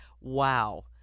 Wow